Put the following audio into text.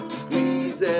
squeeze